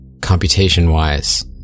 computation-wise